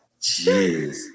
Jeez